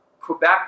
Quebec